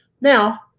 Now